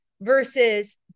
versus